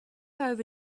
over